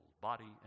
body